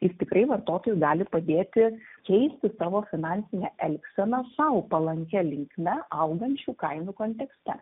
jis tikrai vartotojui gali padėti keisti savo finansinę elgseną sau palankia linkme augančių kainų kontekste